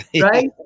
right